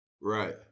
Right